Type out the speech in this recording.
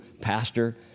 pastor